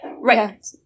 Right